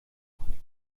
کنیم